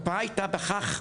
התופעה הייתה בכך,